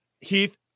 heath